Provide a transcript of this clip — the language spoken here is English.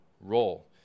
role